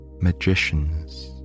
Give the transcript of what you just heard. magicians